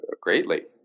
greatly